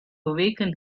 awaken